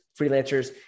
freelancers